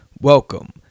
welcome